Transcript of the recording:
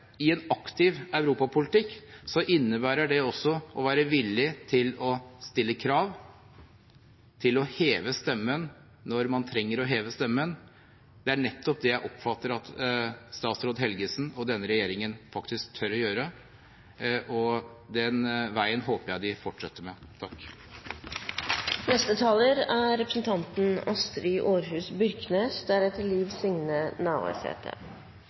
i en aktiv europapolitikk, og det innebærer også å være villige til å stille krav, til å heve stemmen når man trenger å heve stemmen. Det er nettopp det jeg oppfatter at statsråd Helgesen og denne regjeringen faktisk tør å gjøre, og den veien håper jeg de fortsetter på. Først vil eg takka europaminister Helgesen for ei dagsaktuell og god utgreiing. I dagens situasjon er